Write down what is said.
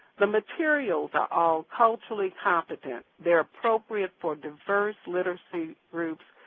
the materials are all culturally competent. they're appropriate for diverse literacy groups.